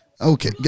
Okay